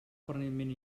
permanentment